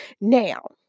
Now